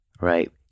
right